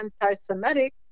anti-Semitic